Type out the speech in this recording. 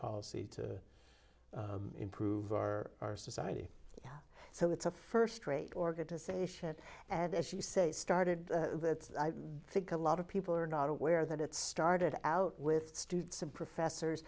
policy to improve our our society so it's a first rate organization and as you say started that i think a lot of people are not aware that it started out with students and professors